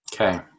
Okay